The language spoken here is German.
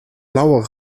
blauer